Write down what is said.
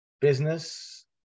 business